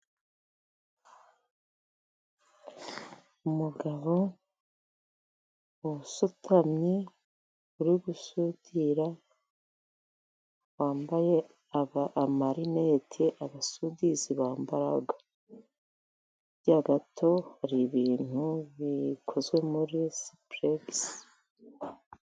Umugabo usutamye uri gusudira, wambaye amarineti abasudizi bambara. Hirya gato gato hari ibintu bikozwe muri sipuregisi.